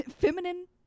feminine